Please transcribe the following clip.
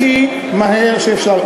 הכי מהר שאפשר.